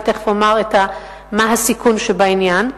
אני תיכף אומר מה הסיכון שבעניין,